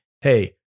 hey